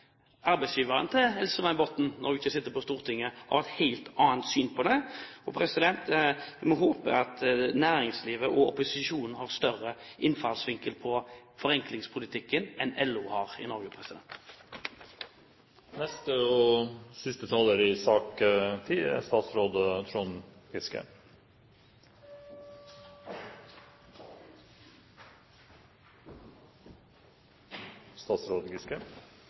arbeidsgiveren til Else-May Botten når hun ikke sitter på Stortinget, har et helt annet syn på det. Vi håper at næringslivet og opposisjonen har en større innfallsvinkel til forenklingspolitikken i Norge enn det LO har.